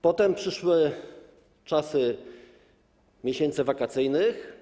Potem przyszły czasy miesięcy wakacyjnych.